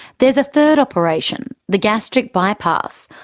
there's a third operation, the gastric bypass,